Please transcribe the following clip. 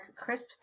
Crisp